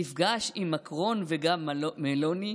נפגש עם מקרון וגם מלוני,